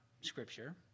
Scripture